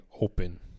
open